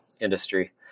industry